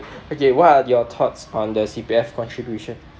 okay what are your thoughts on the C_P_F contribution